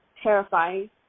terrifying